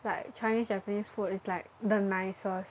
like Chinese Japanese food is like the nicest